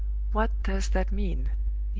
what does that mean?